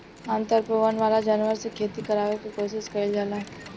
आमतौर पर वन वाला जानवर से खेती करावे के कोशिस कईल जाला